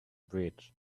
bridge